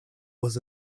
was